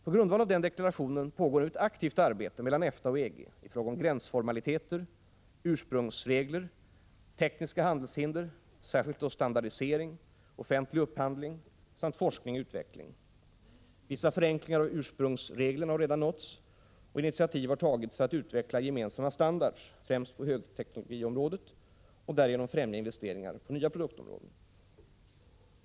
På grundval av Luxemburgdeklarationen pågår nu ett aktivt arbete mellan EFTA och EG i fråga om gränsformaliteter, ursprungsregler, tekniska handelshinder, särskilt då standardisering, offentlig upphandling samt forskning och utveckling. Vissa förenklingar av ursprungsreglerna har redan uppnåtts, och initiativ har tagits för att utveckla gemensamma standarder, främst på högteknologiområdet, och därigenom främja investeringar på nya produktområden.